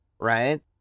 Right